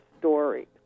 story